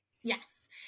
yes